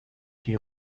die